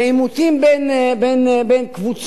ועימותים בין קבוצות,